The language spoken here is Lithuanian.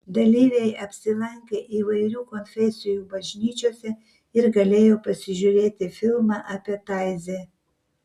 dalyviai apsilankė įvairių konfesijų bažnyčiose ir galėjo pasižiūrėti filmą apie taizė